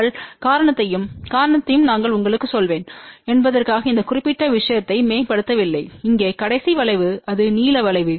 நாங்கள் காரணத்தையும் காரணத்தையும் நான் உங்களுக்குச் சொல்வேன் என்பதற்காக இந்த குறிப்பிட்ட விஷயத்தை மேம்படுத்தவில்லை இங்கே கடைசி வளைவு இது நீல வளைவு